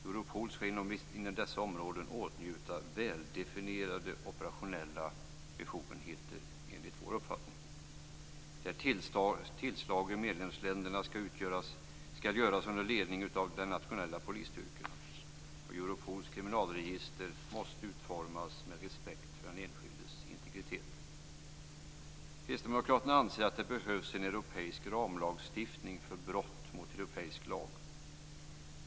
Europol skall inom dessa områden åtnjuta väldefinierade operationella befogenheter, enligt vår uppfattning. När tillslag i medlemsländerna skall utföras, skall det ske under ledning av nationella polisstyrkor. Europols kriminalregister måste utformas med respekt för den enskildes integritet. Kristdemokraterna anser att det behövs en europeisk ramlagstiftning för brott mot europeisk lag.